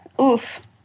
oof